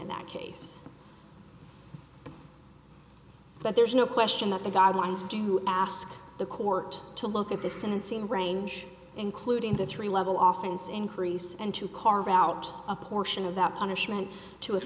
in that case but there's no question that the guidelines do ask the court to look at the sentencing range including the three level office increase and to carve out a portion of that punishment to